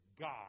God